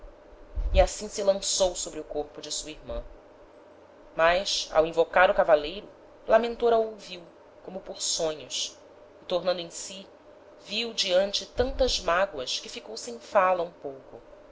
e assim se lançou sobre o corpo de sua irman mas ao invocar o cavaleiro lamentor a ouviu como por sonhos e tornando em si viu diante tantas mágoas que ficou sem fala um pouco